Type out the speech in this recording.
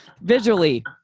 visually